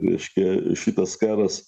reiškia šitas karas